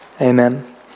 Amen